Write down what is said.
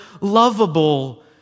lovable